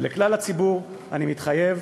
ולכלל הציבור אני מתחייב: